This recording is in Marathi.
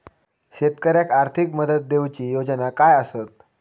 शेतकऱ्याक आर्थिक मदत देऊची योजना काय आसत?